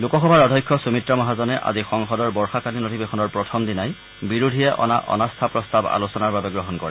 লোকসভাৰ অধ্যক্ষ সুমিত্ৰা মহাজনে আজি সংসদৰ বৰ্যাকালীন অধিৱেশনৰ প্ৰথম দিনাই বিৰোধীয়ে অনা অনাস্থা প্ৰস্তাৱ আলোচনাৰ বাবে গ্ৰহণ কৰে